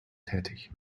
tätig